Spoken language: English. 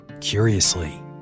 Curiously